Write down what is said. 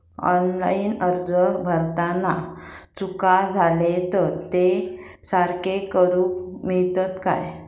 Online अर्ज भरताना चुका जाले तर ते सारके करुक मेळतत काय?